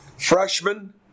freshman